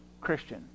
Christian